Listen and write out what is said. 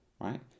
right